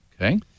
Okay